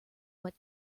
what